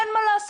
אין מה לעשות,